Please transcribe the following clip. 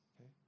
okay